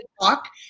talk